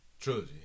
trilogy